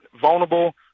vulnerable